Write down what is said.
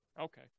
Okay